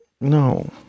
No